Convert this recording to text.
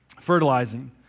Fertilizing